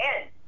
end